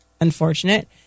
unfortunate